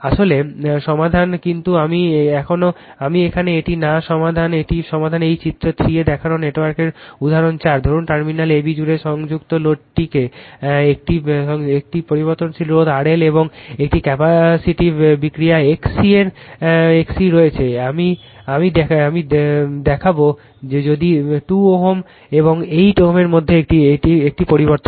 আসলে সমাধান কিন্তু আমি এখানে এটি না এটি সমাধান এখন চিত্র 3 এ দেখানো নেটওয়ার্কের উদাহরণ 4 ধরুন টার্মিনাল A B জুড়ে সংযুক্ত লোডটিতে একটি পরিবর্তনশীল রোধ RL এবং একটি ক্যাপাসিটিভ বিক্রিয়া XC রয়েছে আমি দেখাব যেটি 2 Ω এবং 8 Ω এর মধ্যে একটি পরিবর্তনশীল